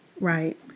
Right